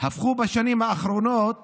הפכו בשנים האחרונות